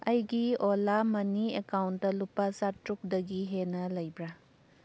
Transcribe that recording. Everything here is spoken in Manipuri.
ꯑꯩꯒꯤ ꯑꯣꯂꯥ ꯃꯅꯤ ꯑꯦꯀꯥꯎꯟꯇ ꯂꯨꯄꯥ ꯆꯥꯇ꯭ꯔꯨꯛꯗꯒꯤ ꯍꯦꯟꯅ ꯂꯩꯕ꯭ꯔꯥ